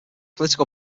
political